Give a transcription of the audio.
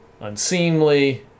unseemly